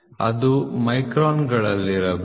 ಅದು ಮೈಕ್ರಾನ್ಗಳಲ್ಲಿರಬೇಕು